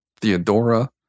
Theodora